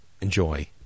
enjoy